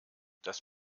das